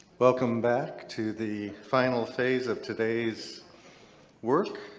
welcome back to the final phase of today's work.